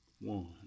one